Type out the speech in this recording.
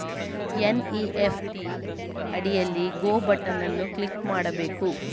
NEFT ಅಡಿಯಲ್ಲಿ go button ಅನ್ನು click ಮಾಡಬೇಕು